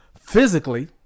physically